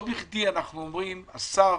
לא בכדי אנחנו אומרים השר,